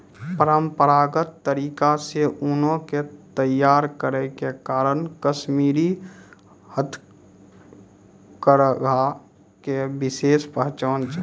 परंपरागत तरीका से ऊनो के तैय्यार करै के कारण कश्मीरी हथकरघा के विशेष पहचान छै